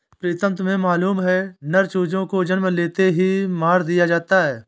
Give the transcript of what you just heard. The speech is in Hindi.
प्रीतम तुम्हें मालूम है नर चूजों को जन्म लेते ही मार दिया जाता है